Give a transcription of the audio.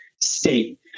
state